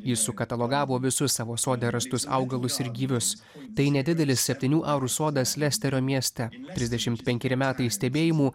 ji sukatalogavo visus savo sode rastus augalus ir gyvius tai nedidelis septynių arų sodas lesterio mieste trisdešimt penkeri metai stebėjimų